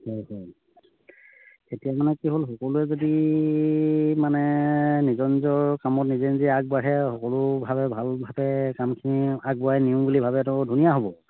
হয় হয় তেতিয়া মানে কি হ'ল সকলোৱে যদি মানে নিজৰ নিজৰ কামত নিজে নিজে আগবাঢ়ে সকলোভাগে ভালভাৱে কামখিনি আগবঢ়াই নিওঁ বুলি ভাবে ত' ধুনীয়া হ'ব